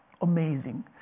amazing